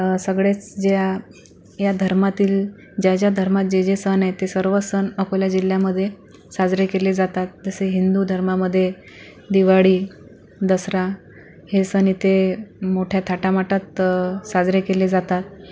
अं सगळेच ज्या या धर्मातील ज्या ज्या धर्मात जे जे सण आहेत ते सर्व सण अकोला जिल्ह्यामध्ये साजरे केले जातात जसे हिंदू धर्मामधे दिवाळी दसरा हे सण इथे मोठ्या थाटामाटात साजरे केले जातात